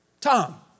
Tom